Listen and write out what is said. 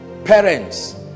Parents